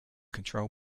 control